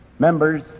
Members